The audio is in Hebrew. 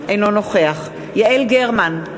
אינו נוכח יעל גרמן,